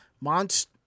Monster